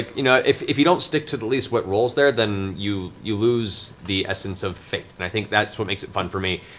you know if if you don't stick to at least what roll is there, then you you lose the essence of fate, and i think that's what makes it fun for me.